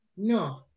No